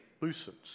loosens